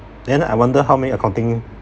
then I wonder how many accounting